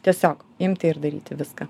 tiesiog imti ir daryti viską